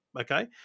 okay